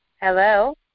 Hello